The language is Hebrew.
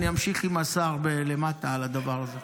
אני אמשיך עם השר למטה על הדבר הזה.